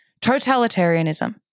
totalitarianism